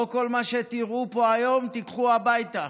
לא כל מה שתראו פה היום תיקחו הביתה,